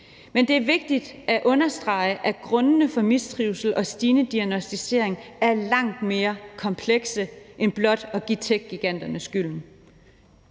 Men det er vigtigt at understrege, at grundene til mistrivsel og den stigende diagnosticering er langt mere komplekse end blot at give techgiganterne skylden.